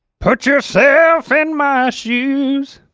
put yourself in my shoes